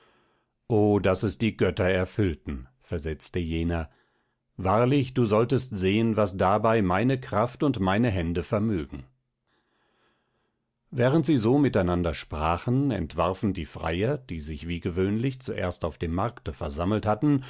o daß es die götter erfüllten versetzte jener wahrlich du solltest sehen was dabei meine kraft und meine hände vermögen wahrend sie so miteinander sprachen entwarfen die freier die sich wie gewöhnlich zuerst auf dem markte versammelt hatten